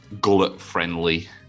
gullet-friendly